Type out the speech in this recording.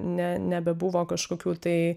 ne nebebuvo kažkokių tai